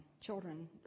children